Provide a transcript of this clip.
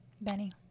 benny